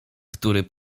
który